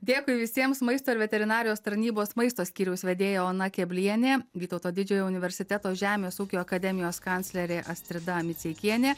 dėkui visiems maisto ir veterinarijos tarnybos maisto skyriaus vedėja ona keblienė vytauto didžiojo universiteto žemės ūkio akademijos kanclerė astrida miceikienė